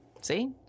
See